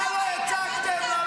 כסף לחינוך.